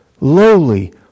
lowly